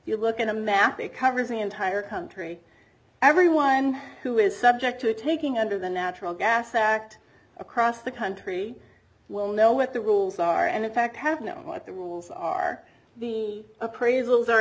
you look at a map it covers the entire country everyone who is subject to taking under the natural gas act across the country will know what the rules are and in fact have know what the rules are the appraisals are